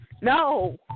No